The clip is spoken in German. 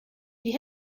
die